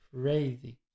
crazy